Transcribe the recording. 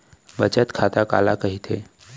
बचत खाता काला कहिथे?